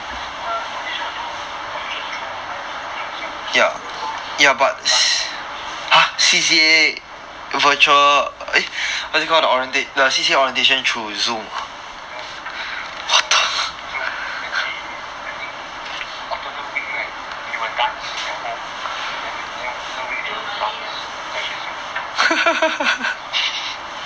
my sister audition also audition through zoom sia she join dance sia ya not kidding her orientation zoom then she I think alternate week right she will dance at home then another week she will dance 在学校